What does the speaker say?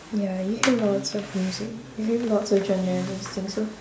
ya you hear lots of music you know lots of genre in these things